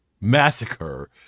massacre